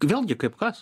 vėlgi kaip kas